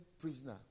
prisoner